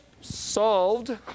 solved